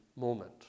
moment